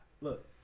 look